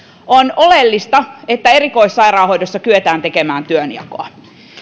on oleellista että erikoissairaanhoidossa kyetään tekemään työnjakoa